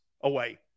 away